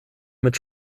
mit